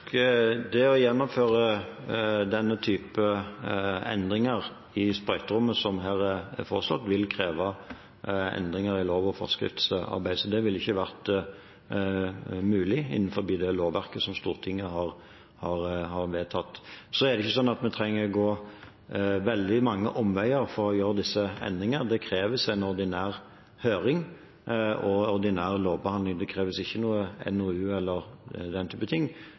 Det å gjennomføre den typen endringer i sprøyterommet som her er foreslått, vil kreve endringer i lov og forskriftsarbeid. Så det ville ikke vært mulig innenfor det lovverket som Stortinget har vedtatt. Vi trenger ikke gå veldig mange omveier for å gjøre disse endringene. Det kreves en ordinær høring og ordinær lovbehandling. Det kreves ikke en NOU eller den typen ting.